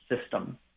system